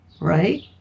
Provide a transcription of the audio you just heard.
right